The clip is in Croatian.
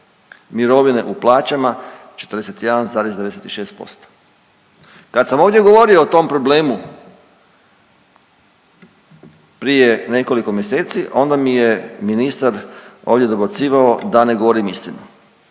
mirovine u plaćama 41,96%. Kad sam ovdje govorio o tom problemu prije nekoliko mjeseci onda mi je ministar ovdje dobacivao da ne govorim istinu,